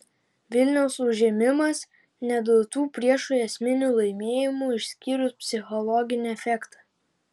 vilniaus užėmimas neduotų priešui esminių laimėjimų išskyrus psichologinį efektą